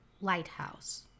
lighthouse